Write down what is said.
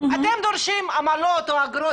דורשים עמלות או אגרות,